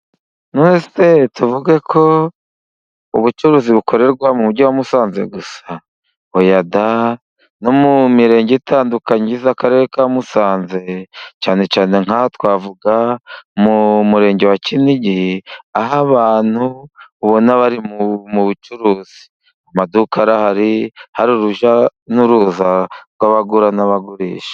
None se tuvuge ko ubucuruzi bukorerwa mu Mujyi wa musanze gusa? Oya da no mu mirenge itandukanye igize Akarere ka Musanze, cyane cyane nk'aha twavuga mu Murenge wa Kinigi, aho abantu ubona bari mu bucuruzi. Amaduka arahari, hari urujya n'uruza rw'abagura n'abagurisha.